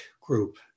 group